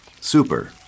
Super